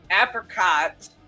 Apricot